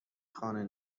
خانه